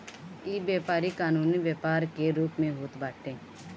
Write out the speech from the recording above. इ व्यापारी कानूनी व्यापार के रूप में होत बाटे